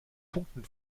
punkten